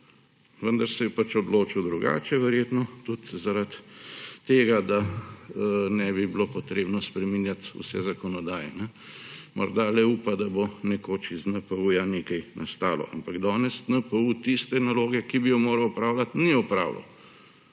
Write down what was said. Vendar se je pač odločil drugače, verjetno tudi zaradi tega, da ne bi bilo treba spreminjati vse zakonodaje. Morda le upa, da bo nekoč iz NPU nekaj nastalo. Ampak do sedaj NPU tiste naloge, ki bi jo moral opravljati, ni opravil.